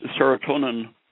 serotonin